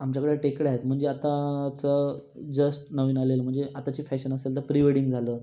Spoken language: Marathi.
आमच्याकडे टेकड्या आहेत म्हणजे आताचं जस्ट नवीन आलेलं म्हणजे आताची फॅशन असेल तर प्रिवेडिंग झालं